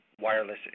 wireless